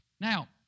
Now